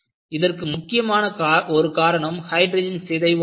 இதற்கு முக்கியமான ஒரு காரணம் ஹைட்ரஜன் சிதைவு ஆகும்